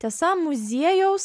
tiesa muziejaus